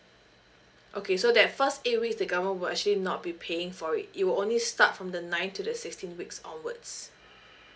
okay so that first eight weeks the government will actually not be paying for it it will only start from the ninth to the sixteenth weeks onwards